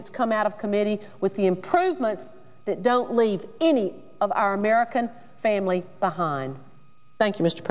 that's come out of committee with the improvements that don't leave any of our american family behind thank you mr